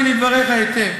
הקשבתי לדבריך היטב.